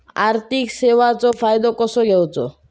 आर्थिक सेवाचो फायदो कसो घेवचो?